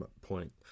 point